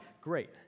Great